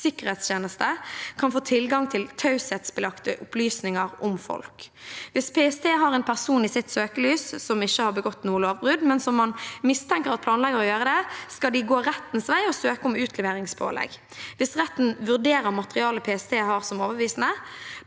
sikkerhetstjeneste kan få tilgang til taushetsbelagte opplysninger om folk. Hvis PST har en person i sitt søkelys som ikke har begått noe lovbrudd, men som man mistenker at planlegger å gjøre det, skal de gå rettens vei og søke om utleveringspålegg. Hvis retten vurderer materialet PST har, som overbevisende,